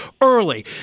early